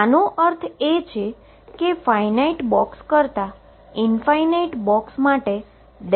આનો અર્થ એ કે ફાઈનાઈટ બોક્સ કરતા ઈન્ફાઈનાઈટ બોક્સ માટે p ઓછો થશે